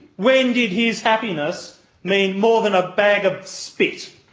when did his happiness mean more than a bag of spit,